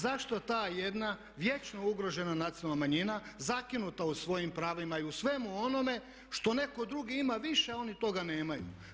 Zašto ta jedna vječno ugrožena nacionalna manjina, zakinuta u svojim pravima i u svemu onome što netko drugi ima više oni toga nemaju.